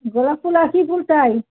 গোলাপ ফুল আর কী ফুল চাই